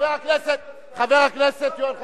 חבר הכנסת יואל חסון,